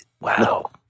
Wow